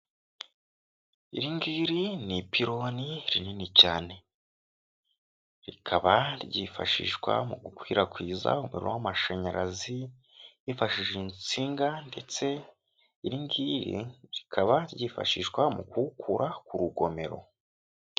Iri ngiri ni ipironi rinini cyane rikaba ryifashishwa mu gukwirakwiza umuriro w'amashanyarazi, hifashishijwe insinga ndetse iri ngiri rikaba ryifashishwa mu kuwukura ku rugomero.